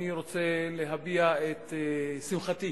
אני רוצה להביע את שמחתי,